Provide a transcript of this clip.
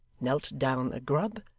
knelt down a grub,